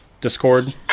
Discord